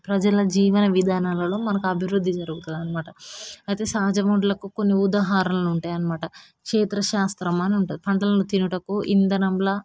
ప్రజల జీవన విధానాలలో మనకు అభివృద్ధి జరుగుతుంది అన్నమాట అయితే సహజ వనరులకు కొన్ని ఉదాహరణలు ఉంటాయి అన్నమాట క్షేత్ర శాస్త్రం అని ఉంటుంది పంటలను తినుటకు ఇంధనంలా